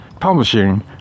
publishing